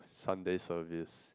Sunday service